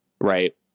right